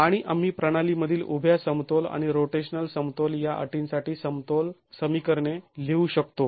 आणि आम्ही प्रणालीमधील उभ्या समतोल आणि रोटेशनल समतोल या अटींसाठी समतोल समीकरणे लिहू शकतो